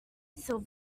steel